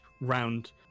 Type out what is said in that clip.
round